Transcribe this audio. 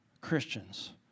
Christians